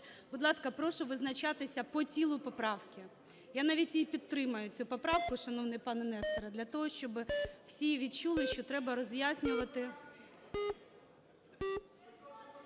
Будь ласка, прошу визначатися по тілу поправки. Я навіть її підтримаю, цю поправку, шановний пане Несторе, для того, щоб всі відчули, що треба роз'яснювати…